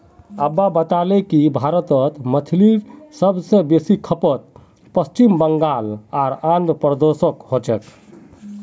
अब्बा बताले कि भारतत मछलीर सब स बेसी खपत पश्चिम बंगाल आर आंध्र प्रदेशोत हो छेक